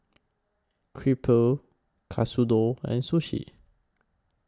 Crepe Katsudon and Sushi